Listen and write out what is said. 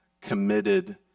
committed